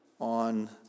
on